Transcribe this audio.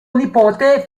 nipote